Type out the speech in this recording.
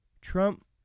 Trump